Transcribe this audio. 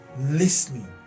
listening